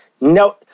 No